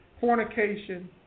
Fornication